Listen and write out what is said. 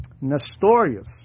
Nestorius